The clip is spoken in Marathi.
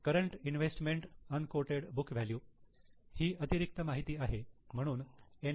current investment unquoted book value ही अतिरिक्त माहिती आहे म्हणून एन